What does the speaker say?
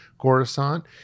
coruscant